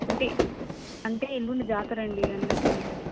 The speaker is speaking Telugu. అంటే అంటే ఎల్లుండి జాతారండి అందుకని